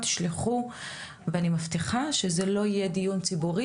תשלחו ואני מבטיחה שזה לא יהיה דיון ציבורי